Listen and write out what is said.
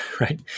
right